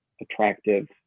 attractive